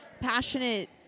passionate